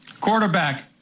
Quarterback